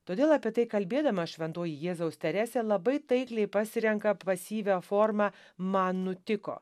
todėl apie tai kalbėdama šventoji jėzaus teresė labai taikliai pasirenka pasyvią formą man nutiko